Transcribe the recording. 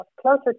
closer